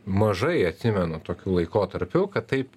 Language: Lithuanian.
mažai atsimenu tokių laikotarpių kad taip